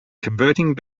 converting